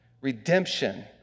redemption